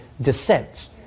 descent